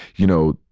you know,